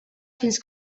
fins